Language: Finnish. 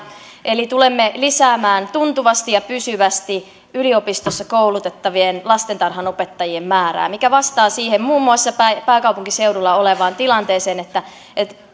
eli tulemme lisäämään tuntuvasti ja pysyvästi yliopistossa koulutettavien lastentarhanopettajien määrää mikä vastaa siihen muun muassa pääkaupunkiseudulla olevaan tilanteeseen että että